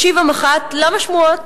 השיב המח"ט: למה שמועות?